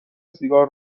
سیگار